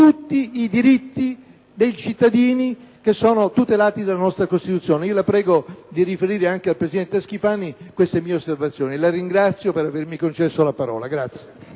tutti i diritti dei cittadini che sono tutelati dalla nostra Costituzione. Signor Presidente, la prego di riferire anche al presidente Schifani le mie osservazioni, e la ringrazio per avermi concesso la parola.